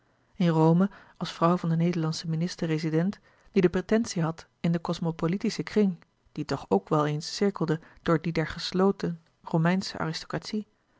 in rome als vrouw van den nederlandschen minister rezident die de pretentie had in den cosmopolitischen kring die toch ook wel eens cirkelde door dien der gesloten romeinsche aristocratie